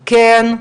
כן,